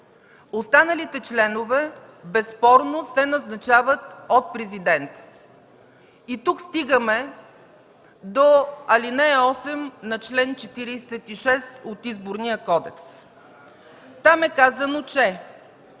Останалите членове безспорно се назначават от президента. Тук стигаме до ал. 8 на чл. 46 от Изборния кодекс. Там е казано, че